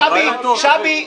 שבי, שבי.